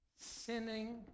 sinning